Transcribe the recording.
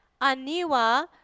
Aniwa